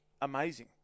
Amazing